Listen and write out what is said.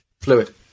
fluid